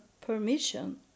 permission